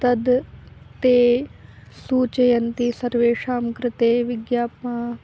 तद् ते सूचयन्ति सर्वेषां कृते विग्याप